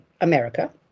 America